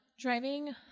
driving